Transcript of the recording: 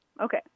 Okay